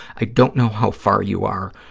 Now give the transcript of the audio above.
i don't know how far you are,